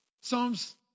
Psalms